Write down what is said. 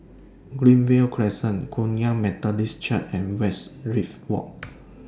Greenview Crescent Kum Yan Methodist Church and Westridge Walk